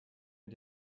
mit